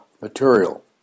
material